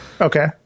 okay